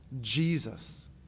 Jesus